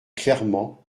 clairement